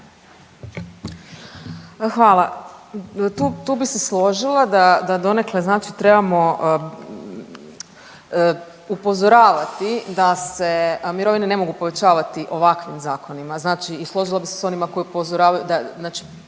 Hvala. Tu bih se složila da donekle znači trebamo upozoravati da se mirovine ne mogu povećavati ovakvim zakonima. Znači i složila bih se sa onima koji upozoravaju